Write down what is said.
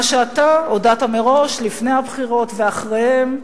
מה שאתה הודעת מראש לפני הבחירות ואחריהן,